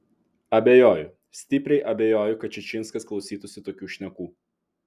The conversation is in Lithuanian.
abejoju stipriai abejoju kad čičinskas klausytųsi tokių šnekų